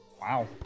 Wow